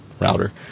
router